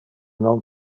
non